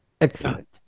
Excellent